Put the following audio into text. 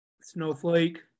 Snowflake